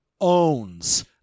owns